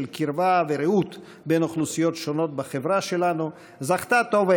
קרבה ורעות בין אוכלוסיות שונות בחברה שלנו זכתה טובה